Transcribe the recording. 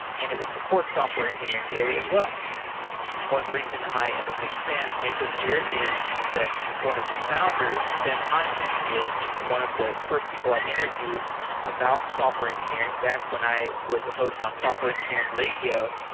and it would support software engineering daily as well one reason i am a big fan of mesosphere is that one of the founders, ben hindman, is one of the first people i interviewed about software engineering engineering back when i was a host on software engineering radio.